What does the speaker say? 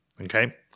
Okay